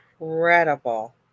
incredible